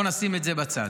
בואו נשים את זה בצד.